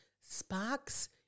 sparks